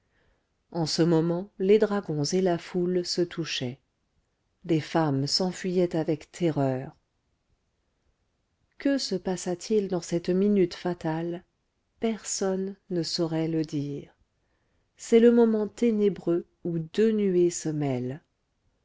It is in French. en ce moment les dragons et la foule se touchaient les femmes s'enfuyaient avec terreur que se passa-t-il dans cette minute fatale personne ne saurait le dire c'est le moment ténébreux où deux nuées